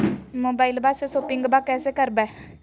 मोबाइलबा से शोपिंग्बा कैसे करबै?